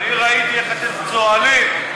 אני ראיתי איך אתם צוהלים בגלל שראש הממשלה,